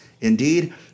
Indeed